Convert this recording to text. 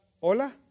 ¿Hola